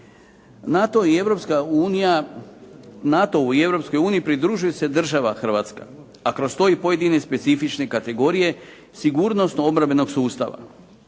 uniji pridružuje se i država Hrvatska, a kroz to i pojedine specifične kategorije sigurnosno obrambenog sustava.